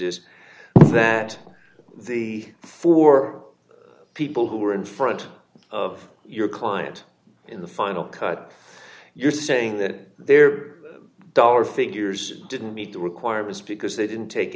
is that the four people who were in front of your client in the final cut you're saying that their dollar figures didn't meet the requirements because they didn't take